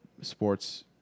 sports